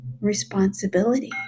responsibility